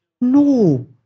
No